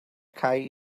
cau